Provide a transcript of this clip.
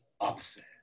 upset